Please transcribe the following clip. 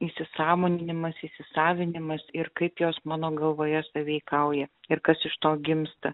įsisąmoninimas įsisavinimas ir kaip jos mano galvoje sąveikauja ir kas iš to gimsta